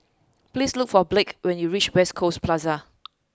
please look for Blake when you reach West Coast Plaza